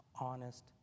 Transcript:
honest